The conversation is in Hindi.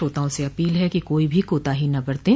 श्रोताओं से अपील है कि कोई भी कोताही न बरतें